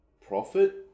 profit